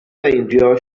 meindio